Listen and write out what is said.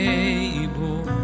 able